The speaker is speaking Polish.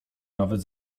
nawet